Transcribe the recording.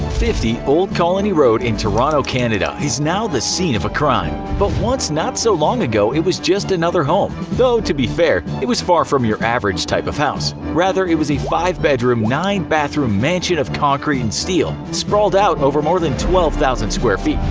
fifty old colony road in toronto, canada is now the scene of a crime. but once, not so long ago, it was just another home. though, to be fair, it was far from your average type of house. rather, it was a five-bedroom, nine-bathroom mansion of concrete and steel sprawled out over more than twelve thousand square feet.